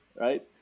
Right